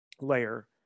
layer